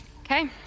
Okay